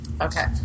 Okay